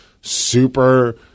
super